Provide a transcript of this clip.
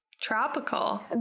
Tropical